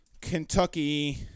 Kentucky